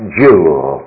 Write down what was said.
jewel